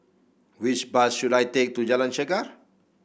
which bus should I take to Jalan Chegar